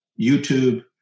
YouTube